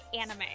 anime